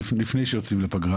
לפני שיוצאים לפגרה